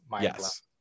yes